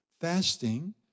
Fasting